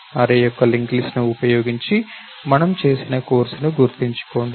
array యొక్క link list ను ఉపయోగించి మనము చేసిన కోర్సును గుర్తుంచుకోండి